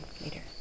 later